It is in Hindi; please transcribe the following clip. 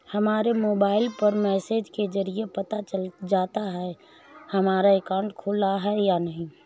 हमारे मोबाइल पर मैसेज के जरिये पता चल जाता है हमारा अकाउंट खुला है या नहीं